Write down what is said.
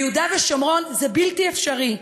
ביהודה ושומרון זה בלתי אפשרי.